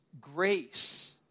grace